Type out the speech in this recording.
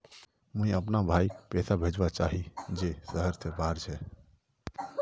मुई अपना भाईक पैसा भेजवा चहची जहें शहर से बहार छे